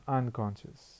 unconscious